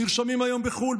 נרשמים היום בחו"ל,